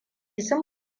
sun